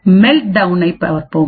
எனவே மெல்ட்டவுனைப் பார்ப்போம்